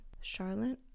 Charlotte